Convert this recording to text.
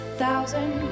thousand